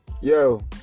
yo